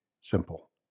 simple